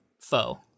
foe